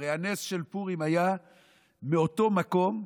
הרי הנס של פורים היה מאותו מקום,